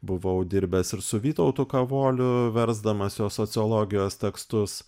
buvau dirbęs ir su vytautu kavoliu versdamas jo sociologijos tekstus